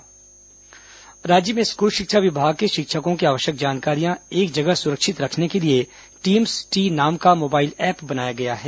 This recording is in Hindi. टीम्स टी ऐप राज्य में स्कूल शिक्षा विभाग के शिक्षकों की आवश्यक जानकारियां एक जगह सुरक्षित रखने के लिए टीम्स टी नाम का मोबाईल ऐप बनाया गया है